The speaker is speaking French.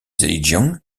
zhejiang